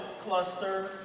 cluster